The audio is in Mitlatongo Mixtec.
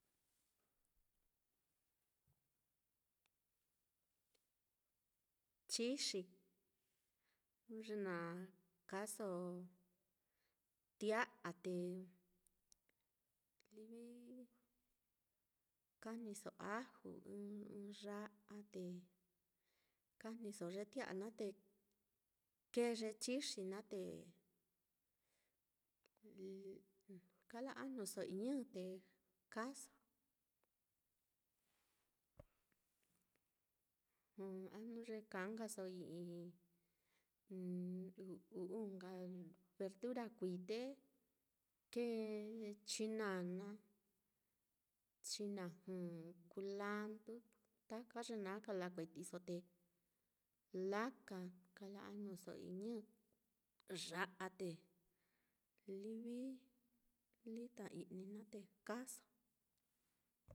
Chixi jnu ye na kaaso tia'a, te livi kajniso aju, ɨ́ɨ́n ɨ́ɨ́n ya'a, te kajniso ye tia'a naá, te kēē ye chixi naá te kala ajnuso i'i ñɨ, te kaaso, a jnu ye kaa nkaso i'i uu nka verdura kuií te kēē chinana, chinajɨ, kulandu, taka ye naá, kalakuetiso, te laka, kala ajnuso i'i ñɨ ya'a, te lita i'ni naá te kaaso.